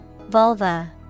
Vulva